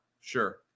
Sure